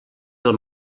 del